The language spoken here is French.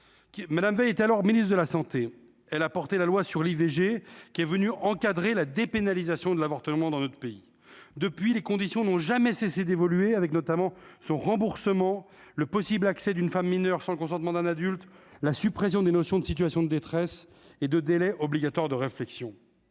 madame Veil est alors ministre de la Santé, elle a porté la loi sur l'IVG qui est venu encadrer la dépénalisation de l'avortement dans notre pays depuis les conditions n'ont jamais cessé d'évoluer avec notamment son remboursement le possible accès d'une femme mineure sans le consentement d'un adulte, la suppression des notions de situations de détresse et de délai obligatoire de réflexion,